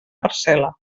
parcel·la